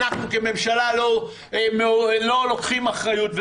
אנחנו כממשלה לא לוקחים אחריות,